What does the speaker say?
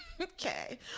okay